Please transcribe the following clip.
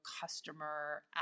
customer